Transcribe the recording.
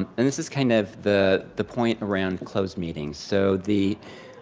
um and this is kind of the the point around closed meetings. so,